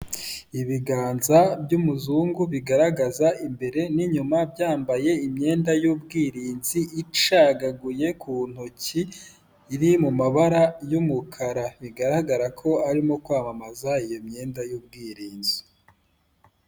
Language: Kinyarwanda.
Ibiganza by'umuzungu bigaragaza imbere n'inyuma, byambaye imyenda y'ubwirinzi icagaguye ku ntoki, iri mu mabara y'umukara, bigaragara ko arimo kwamamaza iyo myenda y'ubwirinzi.